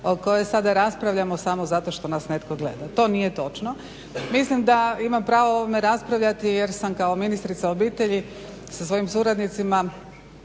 kojoj sada raspravljamo samo zato što nas netko gleda. To nije točno. Mislim da imam pravo o ovome raspravljati jer sam kao ministrica obitelji sa svojim suradnicima